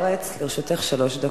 לרשותך שלוש דקות.